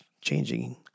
changing